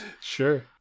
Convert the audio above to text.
Sure